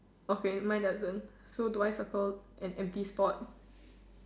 okay my doesn't so do I circle an empty spot